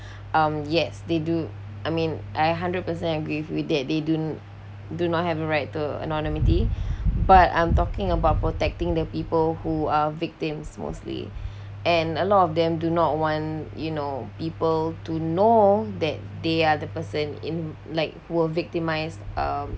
um yes they do I mean I hundred percent agree with that they didn't do not have a right to anonymity but I'm talking about protecting the people who are victims mostly and a lot of them do not want you know people to know that they are the person in like who were victimized um